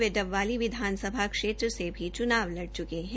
वे डबवाली विधानसभा क्षेत्र से भी च्नाव लड़ च्के है